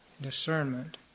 discernment